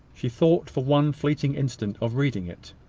she thought, for one fleeting instant, of reading it.